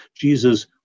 Jesus